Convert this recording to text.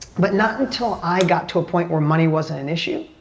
but not until i got to a point where money wasn't an issue,